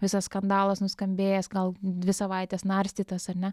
visas skandalas nuskambėjęs gal dvi savaites narstytas ar ne